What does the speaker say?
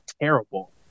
terrible